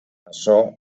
açò